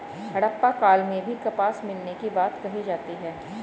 हड़प्पा काल में भी कपास मिलने की बात कही जाती है